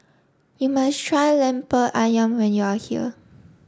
you must try Lemper Ayam when you are here